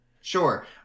Sure